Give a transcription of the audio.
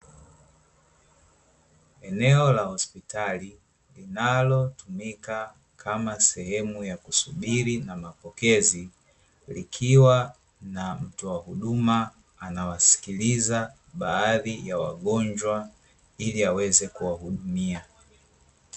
Eneo la hospitali linalotumika kama sehemu ya kusubiri na mapokezi, likiwa na mtoa huduma anawasikiliza baadhi ya wagonjwa ili aweze kuwahudumia.